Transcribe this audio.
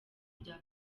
bya